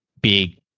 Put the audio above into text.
big